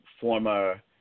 former